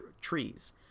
trees